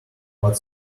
but